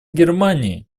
германии